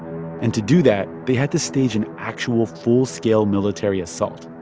and to do that, they had to stage an actual full-scale military assault.